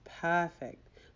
perfect